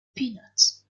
peanuts